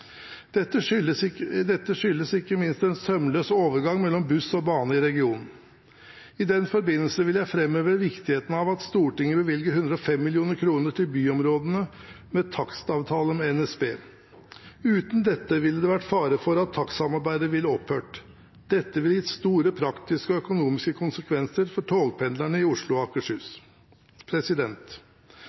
Dette skyldes ikke minst en sømløs overgang mellom buss og bane i regionen. I den forbindelse vil jeg framheve viktigheten av at Stortinget bevilger 105 mill. kr til byområdene, med takstavtale med NSB. Uten dette ville det vært fare for at takstsamarbeidet ville opphørt. Dette ville gitt store praktiske og økonomiske konsekvenser for togpendlerne i Oslo og Akershus.